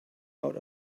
out